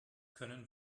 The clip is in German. können